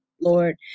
Lord